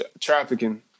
trafficking